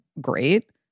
great